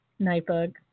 Nightbug